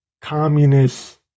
communist